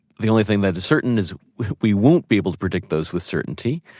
the only thing that is certain is we won't be able to predict those with certainty.